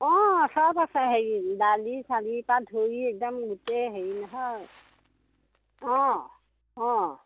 অঁ চব আছে হেৰি দালি চালি পা ধৰি একদম গোটেই হেৰি নহয় অ অ